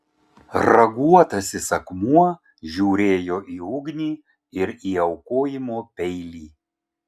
raguotasis akmuo žiūrėjo į ugnį ir į aukojimo peilį